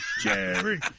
Jerry